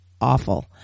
awful